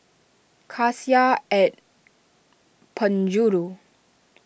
Cassia at Penjuru